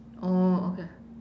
orh okay